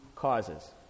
Causes